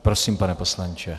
Prosím, pane poslanče.